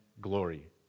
glory